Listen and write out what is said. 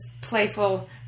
playful